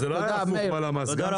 תודה רבה.